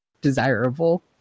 desirable